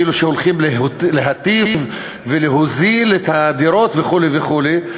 כאילו הולכים להטיב ולהוזיל את הדירות וכדומה,